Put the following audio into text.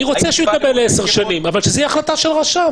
אני רוצה שהוא יקבל ל-10 שנים אבל שזאת תהיה החלטה של רשם.